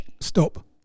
stop